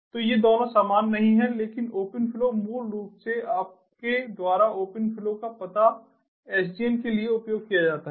तो ये दोनों समान नहीं हैं लेकिन ओपन फ्लो मूल रूप से आपके द्वारा ओपन फ्लो का पता SDN के लिए उपयोग किया जाता है